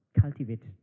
cultivate